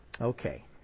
Okay